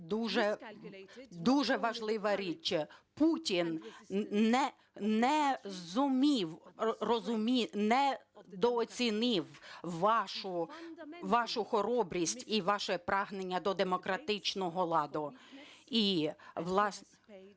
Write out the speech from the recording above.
дуже важлива річ, Путін не зумів, недооцінив вашу хоробрість і ваше прагнення до демократичного ладу,